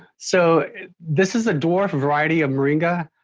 so this is a dwarf a variety of moringa